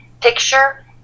picture